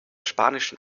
spanischen